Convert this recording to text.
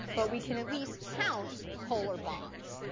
but we can at least count polar bonds.